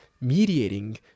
mediating